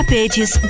Pages